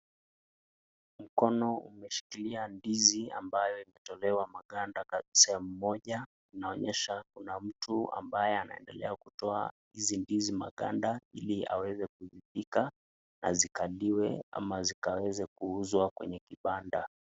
Mkono umeshikilia ndizi ambayo imetolewa maganda sehemu moja, inaonyeesha kuna mtu ambaye anaendelea kutoa hizi ndizi maganda ili aweze kuzipika, na zikandiwe ama zikaweze kuuzwa kwenye kibanda.